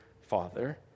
father